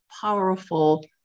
powerful